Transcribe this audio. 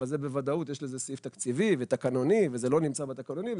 אבל לזה בוודאות יש סעיף תקציבי ותקנונים וזה לא נמצא בתקנונים.